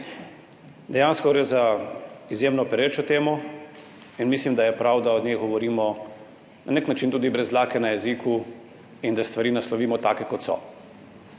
Dejansko gre za izjemno perečo temo in mislim, da je prav, da o njej govorimo na nek način tudi brez dlake na jeziku in da stvari naslovimo take, kot so.